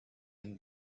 and